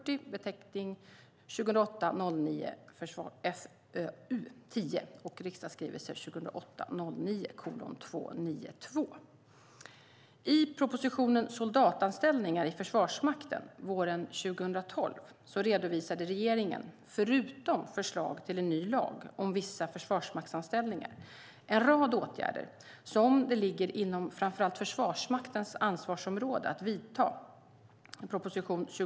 I propositionen Soldatanställningar i Försvarsmakten våren 2012 redovisade regeringen, förutom förslag till en ny lag om vissa försvarsmaktsanställningar, en rad åtgärder som det ligger inom framför allt Försvarsmaktens ansvarsområde att vidta .